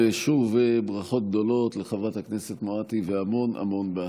ושוב ברכות גדולות לחברת הכנסת מואטי והמון המון בהצלחה.